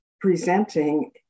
presenting